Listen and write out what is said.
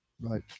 right